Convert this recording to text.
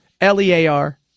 L-E-A-R